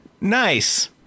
Nice